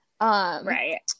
Right